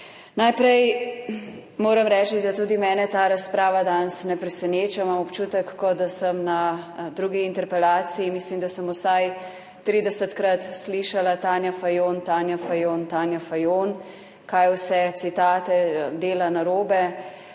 Najprej moram reči, da tudi mene ta razprava danes ne preseneča. Imam občutek, kot da sem na drugi interpelaciji. Mislim, da sem vsaj 30-krat slišala, Tanja Fajon, Tanja Fajon, Tanja Fajon, kaj vse citate dela narobe,